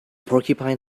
porcupine